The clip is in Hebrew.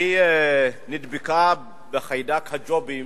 היא נדבקה בחיידק הג'ובים